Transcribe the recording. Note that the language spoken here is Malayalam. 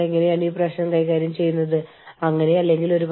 നിങ്ങൾ നിങ്ങളുടെ തൊഴിൽ ശക്തി കുറയ്ക്കേണ്ടതുണ്ട്